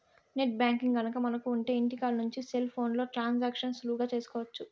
net banking గనక మనకు ఉంటె ఇంటికాడ నుంచి సెల్ ఫోన్లో ట్రాన్సాక్షన్స్ సులువుగా చేసుకోవచ్చు